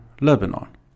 Lebanon